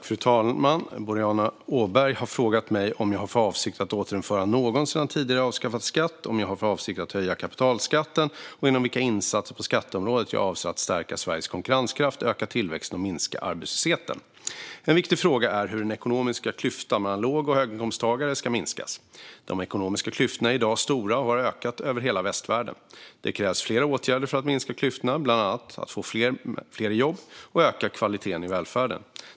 Fru talman! har frågat mig om jag har för avsikt att återinföra någon sedan tidigare avskaffad skatt och om jag har för avsikt att höja kapitalskatten. Hon har också frågat genom vilka insatser på skatteområdet jag avser att stärka Sveriges konkurrenskraft, öka tillväxten och minska arbetslösheten. En viktig fråga är hur den ekonomiska klyftan mellan låg och höginkomsttagare ska minskas. De ekonomiska klyftorna är i dag stora och har ökat i hela västvärlden. Det krävs flera åtgärder för att minska klyftorna, bland annat att få fler i jobb och öka kvaliteten i välfärden.